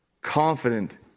confident